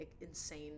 insane